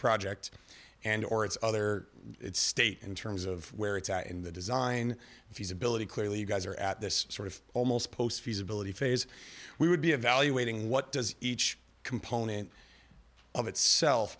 project and or its other state in terms of where it's at in the design feasibility clearly you guys are at this sort of almost post feasibility phase we would be evaluating what does each component of itself